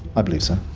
i believe so.